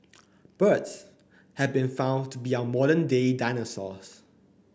birds have been found to be our modern day dinosaurs